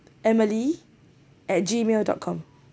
emily at gmail dot com